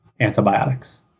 antibiotics